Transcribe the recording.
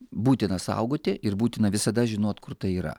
būtina saugoti ir būtina visada žinot kur tai yra